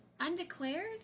Undeclared